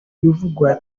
bivugwa